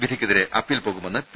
വിധിയ്ക്കെതിരെ appeal പൊകുമെന്ന് P